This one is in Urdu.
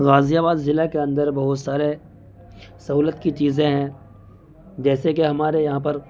غازی آباد ضلع کے اندر بہت سارے سہولت کی چیزیں ہیں جیسے کہ ہمارے یہاں پر